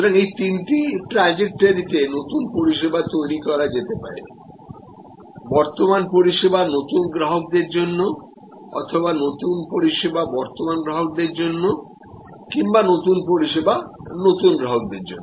সুতরাং এই তিনটি ট্র্যাজেকজরিতে নতুন পরিষেবা তৈরি করা যেতে পারে বর্তমান পরিষেবা নতুন গ্রাহকদের জন্য অথবা নতুন পরিষেবা বর্তমান গ্রাহকদের জন্য কিংবা নতুন পরিষেবা নতুন গ্রাহকদের জন্য